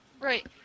Right